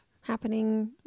happening